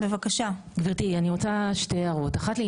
אנחנו דיברנו על זה --- אבל חייבים